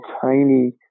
tiny